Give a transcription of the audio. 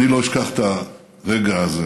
אני לא אשכח את הרגע הזה